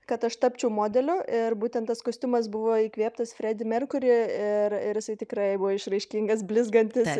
kad aš tapčiau modeliu ir būtent tas kostiumas buvo įkvėptas fredi merkuri ir ir jisai tikrai buvo išraiškingas blizgantis